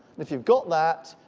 if you've got that,